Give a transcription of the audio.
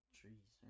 trees